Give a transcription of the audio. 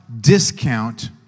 discount